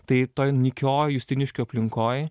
tai toj nykioj justiniškių aplinkoj